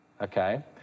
okay